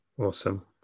Awesome